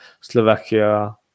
Slovakia